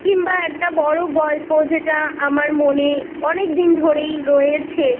কিংবা একটা বড় গল্প যেটা আমার মনে অনেক দিন ধরেই রয়েছে